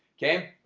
okay?